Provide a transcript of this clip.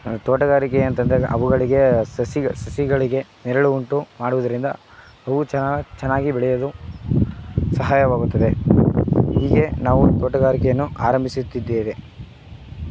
ತೋಟಗಾರಿಕೆ ಅಂತಂದಾಗ ಅವುಗಳಿಗೇ ಸಸಿ ಸಸಿಗಳಿಗೆ ನೆರಳು ಉಂಟು ಮಾಡುವುದರಿಂದ ಅವು ಚೆನ್ನಾಗಿ ಚೆನ್ನಾಗಿ ಬೆಳೆಯುವುದು ಸಹಾಯವಾಗುತ್ತದೆ ಹೀಗೆ ನಾವು ತೋಟಗಾರಿಕೆಯನ್ನು ಆರಂಭಿಸುತ್ತಿದ್ದೇವೆ